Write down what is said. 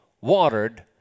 watered